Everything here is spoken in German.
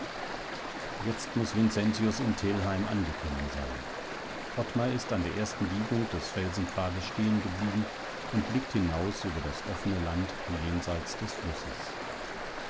jetzt muß vincentius in telheim angekommen sein ottmar ist an der ersten biegung des felsenpfades stehen geblieben und blickt hinaus über das offene land jenseits des flusses